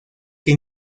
que